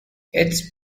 its